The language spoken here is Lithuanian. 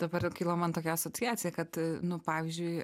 dabar kyla man tokia asociacija kad nu pavyzdžiui